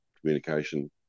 communication